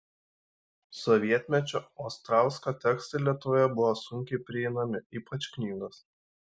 sovietmečiu ostrausko tekstai lietuvoje buvo sunkiai prieinami ypač knygos